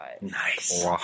Nice